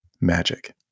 Magic